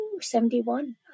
71